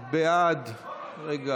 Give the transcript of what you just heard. היושב-ראש,